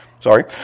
Sorry